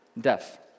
death